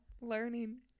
Learning